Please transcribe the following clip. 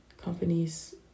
Companies